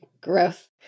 Gross